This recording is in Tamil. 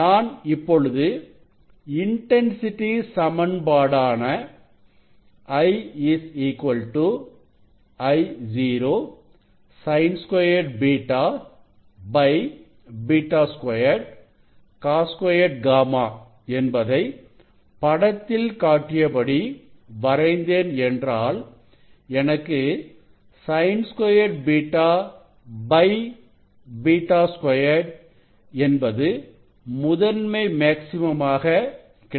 நான் இப்பொழுது இன்டன்சிட்டிintensity சமன்பாடான I I0 Sin2 β β2 Cos2 γ என்பதை படத்தில் காட்டியபடி வரைந்தேன் என்றால் எனக்கு Sin2 β β2 என்பது முதன்மை மேக்ஸிமம் ஆக கிடைக்கிறது